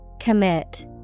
Commit